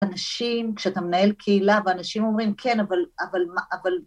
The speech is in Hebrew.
אנשים, כשאתה מנהל קהילה ואנשים אומרים כן, אבל